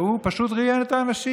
הוא פשוט ראיין את האנשים.